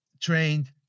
trained